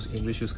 English